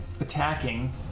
attacking